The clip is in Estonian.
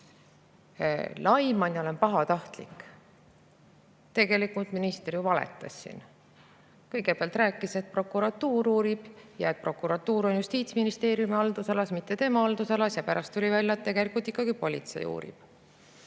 laiman ja olen pahatahtlik. Tegelikult minister valetas siin. Kõigepealt ta rääkis, et prokuratuur uurib [seda juhtumit] ja et prokuratuur on Justiitsministeeriumi haldusalas, mitte tema haldusalas. Pärast tuli välja, et tegelikult ikkagi uurib